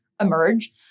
emerge